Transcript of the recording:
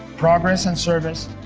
progress and service,